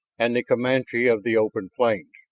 and the comanche of the open plains.